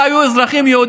צריך לערב את הצבא